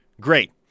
great